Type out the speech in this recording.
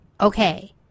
okay